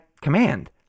command